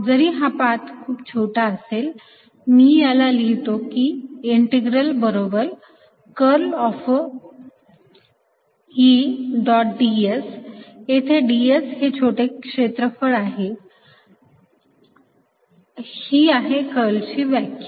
जरी हा पाथ खूप छोटा असेल मी याला लिहितो की इंटिग्रल बरोबर curl of E dot ds येथे ds ही छोटे क्षेत्रफळ ही आहे कर्लची व्याख्या